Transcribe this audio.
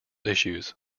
issues